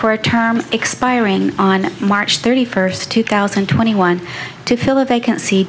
for a term expiring on march thirty first two thousand and twenty one to fill a vacancy